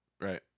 Right